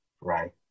right